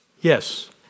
Yes